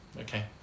okay